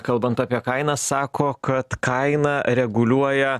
kalbant apie kainas sako kad kainą reguliuoja